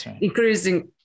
Increasing